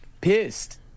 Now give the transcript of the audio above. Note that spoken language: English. pissed